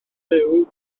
byw